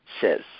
says